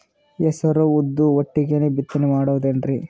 ಹೆಸರು ಉದ್ದು ಒಟ್ಟಿಗೆ ಬಿತ್ತನೆ ಮಾಡಬೋದೇನ್ರಿ?